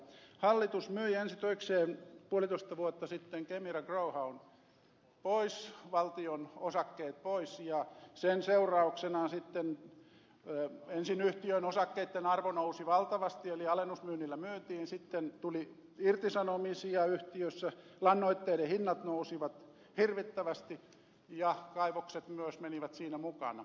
hallitus myi ensi töikseen puolitoista vuotta sitten kemira growhown pois valtion osakkeet pois ja sen seurauksena ensin yhtiön osakkeitten arvo nousi valtavasti eli alennusmyynnillä myytiin sitten tuli irtisanomisia yhtiössä lannoitteiden hinnat nousivat hirvittävästi ja kaivokset myös menivät siinä mukana